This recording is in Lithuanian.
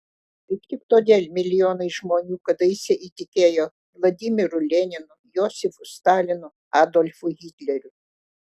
kaip tik todėl milijonai žmonių kadaise įtikėjo vladimiru leninu josifu stalinu adolfu hitleriu